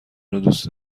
دوست